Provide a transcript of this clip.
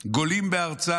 גולים בארצם,